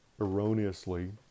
erroneously